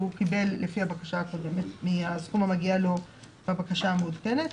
קיבל לפי הבקשה הקודמת מהסכום המגיע לו בבקשה המעודכנת.